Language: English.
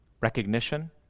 recognition